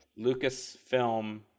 Lucasfilm